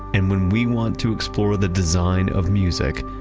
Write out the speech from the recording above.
and when we want to explore the design of music,